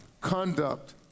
Conduct